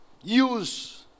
use